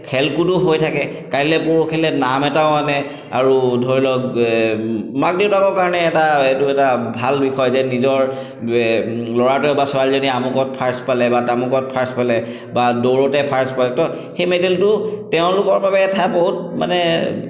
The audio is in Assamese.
খেল কুদো হৈ থাকে কাইলৈ পৰহিলৈ নাম এটাও আনে আৰু ধৰি লওক মাক দেউতাকৰ কাৰণে এটা এইটো এটা ভাল বিষয় যে নিজৰ ল'ৰাটোৱে বা ছোৱালীজনীয়ে আমুকত ফাৰ্ষ্ট পালে বা তামুকত ফাৰ্ষ্ট পালে বা দৌৰতে ফাৰ্ষ্ট পালে তো সেই মেডেলটো তেওঁলোকৰ বাবে এটা বহুত মানে